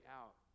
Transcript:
out